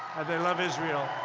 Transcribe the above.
they love israel.